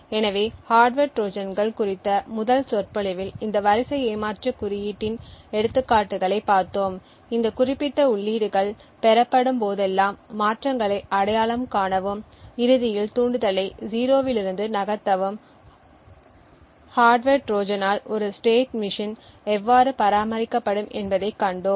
எனவே ஹார்ட்வர் ட்ரோஜான்கள் குறித்த முதல் சொற்பொழிவில் இந்த வரிசை ஏமாற்று குறியீட்டின் எடுத்துக்காட்டுகளைப் பார்த்தோம் இந்த குறிப்பிட்ட உள்ளீடுகள் பெறப்படும்போதெல்லாம் மாற்றங்களை அடையாளம் காணவும் இறுதியில் தூண்டுதலை 0 இலிருந்து நகர்த்தவும் ஹார்ட்வர் ட்ரோஜனால் ஒரு ஸ்டேட் மெஷின் எவ்வாறு பராமரிக்கப்படும் என்பதைக் கண்டோம்